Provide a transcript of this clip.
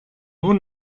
nur